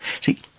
See